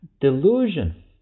Delusion